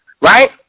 Right